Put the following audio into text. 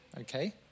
okay